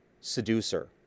seducer